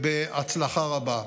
ובהצלחה רבה.